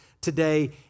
today